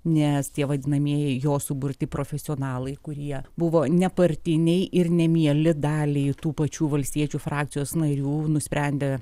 nes tie vadinamieji jo suburti profesionalai kurie buvo nepartiniai ir nemieli daliai tų pačių valstiečių frakcijos narių nusprendė